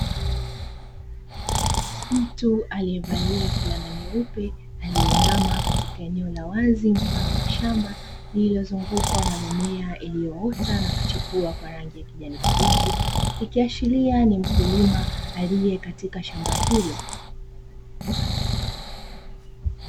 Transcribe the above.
Mtu aliyevalia fulana nyeupe, aliyeinama katika eneo la wazi mfano wa shamba lililozungukwa na mimea iliyoota na kuchipua kwa rangi ya kijani kibichi, ikiashiria ni mkulima aliye katika shamba hilo.